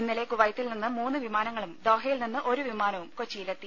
ഇന്നലെ കുവൈത്തിൽ നിന്ന് മൂന്ന് വിമാനങ്ങളും ദോഹയിൽ നിന്ന് ഒരു വിമാനവും കൊച്ചിയിലെത്തി